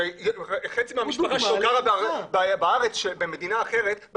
שחצי מהמשפחה שלו גרה בארץ אחרת.